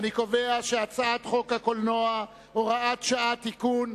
אני קובע שהצעת חוק הקולנוע (הוראת שעה) (תיקון),